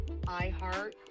iHeart